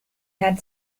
had